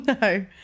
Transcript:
No